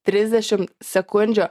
trisdešimt sekundžių